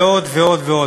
ועוד ועוד ועוד.